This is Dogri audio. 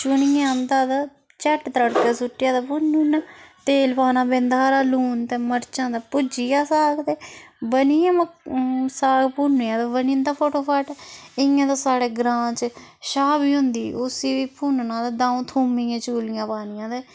चुनियै आदा तां झट्ट तड़कै सुट्टेआ ते भुन्नु ना तेल पाना बिंद हारा लून ते मरचां ते भुज्जी गेआ साग ते बनी गेआ म साग भुन्नेआ ते बनी जंदा फटाफट इ'यां ते साढे ग्रांऽ च छाह बी होंदी उसी बी भुन्नना ते द'ऊं थोमें दियां चुलियां पानियां ते